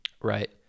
Right